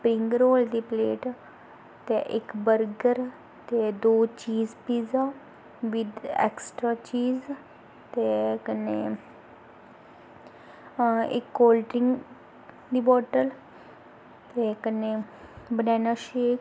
spring roll दी plate ते इक बर्गर ते दो cheese pizza with extra cheese ते कन्नै हां इक कोल्ड ड्रिंक दी बोटल ते कन्नै बनैना शेक